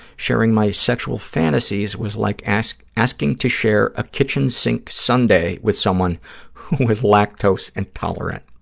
sharing my sexual fantasies was like asking asking to share a kitchen-sink sundae with someone who is lactose intolerant.